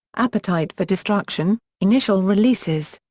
appetite for destruction initial releases.